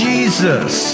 Jesus